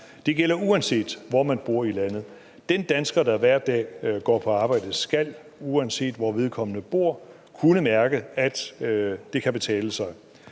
Det gælder, uanset hvor man bor i landet. Den dansker, der hver dag går på arbejde, skal, uanset hvor vedkommende bor, kunne mærke, at det kan betale sig.